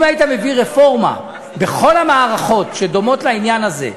אם היית מביא רפורמה בכל המערכות שדומות לעניין הזה,